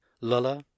lulla